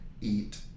eat